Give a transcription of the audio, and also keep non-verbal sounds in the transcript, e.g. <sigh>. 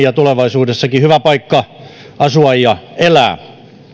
<unintelligible> ja tulevaisuudessakin hyvä paikka asua ja elää